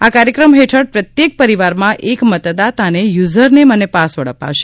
આ કાર્યક્રમ હેઠળ પ્રત્યેક પરીવારમાં એક મતદાતાને યુઝરનેમ અને પાસવર્ડ અપાશે